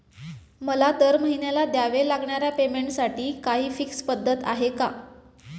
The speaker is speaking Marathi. मला दरमहिन्याला द्यावे लागणाऱ्या पेमेंटसाठी काही फिक्स पद्धत आहे का?